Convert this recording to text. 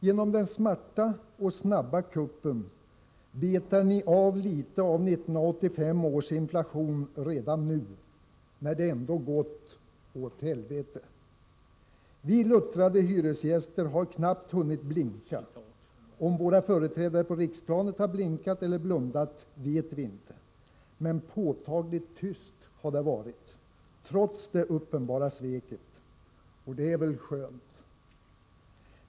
Genom den smarta och snabba kuppen betar Ni av lite av 1985 års inflation redan nu — när det ändå gått åt helvete. Vi luttrade hyresgäster har knappt hunnit blinka. Om våra företrädare på riksplanet har blinkat eller blundat vet vi inte. Men påtagligt tyst har det varit —- trots det uppenbara sveket. Och det är väl skönt!